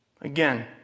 Again